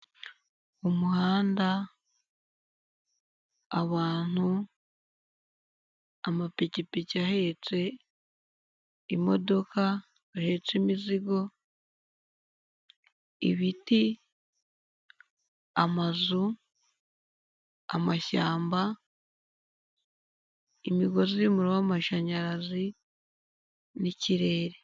Umuhanda, abantu, amapikipiki ahetse, imodoka zihetse imizigo, ibiti, amazu, amashyamba, imigozi y'umuriro w'amashanyarazi n'ikirere.